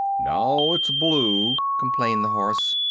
now it's blue, complained the horse.